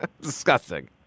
Disgusting